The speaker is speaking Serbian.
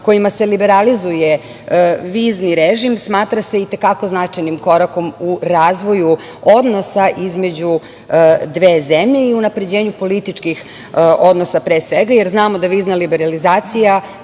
kojima se liberalizuje vizni režim smatra se i te kako značajnim korakom u razvoju odnosa između dve zemlje i unapređenju političkih odnosa, pre svega, jer znamo da vizna liberalizacija